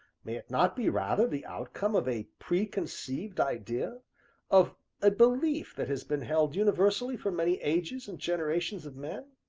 may it not be rather the outcome of a preconceived idea of a belief that has been held universally for many ages and generations of men?